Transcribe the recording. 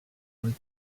was